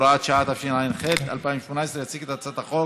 (הוראת שעה), התשע"ח 2018. יציג את הצעת החוק